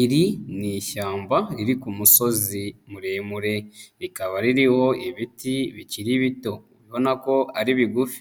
Iri ni ishyamba riri ku musozi muremure. Rikaba ririho ibiti bikiri bito ubona ko ari bigufi.